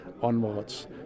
onwards